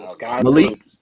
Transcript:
Malik